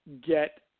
get